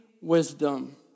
wisdom